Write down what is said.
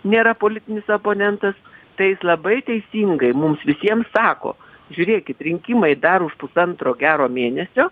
nėra politinis oponentas tai jis labai teisingai mums visiems sako žiūrėkit rinkimai dar už pusantro gero mėnesio